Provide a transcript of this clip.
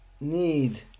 need